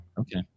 Okay